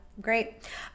great